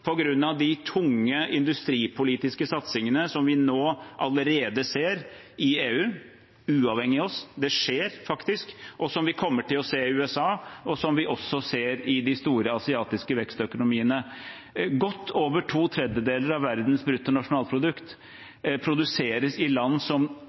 de tunge industripolitiske satsingene vi nå allerede ser i EU – uavhengig av oss, det skjer faktisk – som vi kommer til å se i USA, og som vi også ser i de store asiatiske vekstøkonomiene. Godt over to tredjedeler av verdens bruttonasjonalprodukt produseres i land som